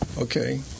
okay